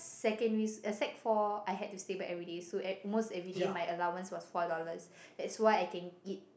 secondaries~ uh sec-four I have to stay back everyday so at most everyday my allowance was four dollars that's why I can eat